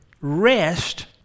rest